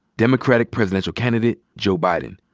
democratic presidential candidate joe biden,